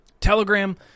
Telegram